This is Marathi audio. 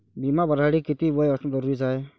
बिमा भरासाठी किती वय असनं जरुरीच हाय?